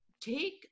take